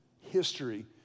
history